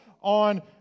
on